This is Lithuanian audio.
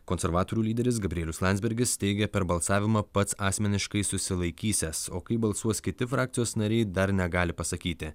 konservatorių lyderis gabrielius landsbergis teigė per balsavimą pats asmeniškai susilaikysiąs o kaip balsuos kiti frakcijos nariai dar negali pasakyti